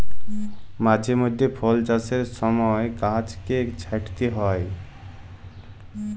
মাঝে মইধ্যে ফল চাষের ছময় গাহাচকে ছাঁইটতে হ্যয়